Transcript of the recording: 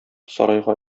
сарайга